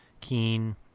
keen